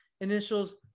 initials